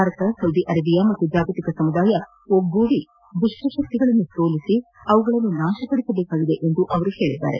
Bharat Saudi Arabia ಮತ್ತು ಜಾಗತಿಕ ಸಮುದಾಯ ಒಗ್ಗೂಡಿ ದುಷ್ಟ ಶಕ್ತಿಗಳನ್ನು ಸೋಲಿಸಿ ಅವುಗಳನ್ನು ನಾಶಪಡಿಸಬೇಕಾಗಿದೆ ಎಂದು ಅವರು ಹೇಳಿದ್ದಾರೆ